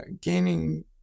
gaining